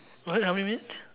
what how many minutes